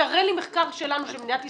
תראה לי מחקר אחד, של מדינת ישראל.